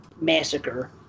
massacre